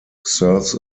serves